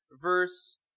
verse